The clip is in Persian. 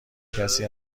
کسی